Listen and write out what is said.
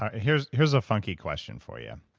here's here's a funky question for you.